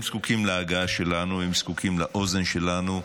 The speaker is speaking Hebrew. הם זקוקים להגעה שלנו, הם זקוקים לאוזן שלנו,